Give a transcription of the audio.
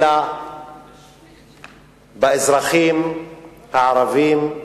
אלא באזרחים הערבים,